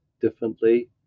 differently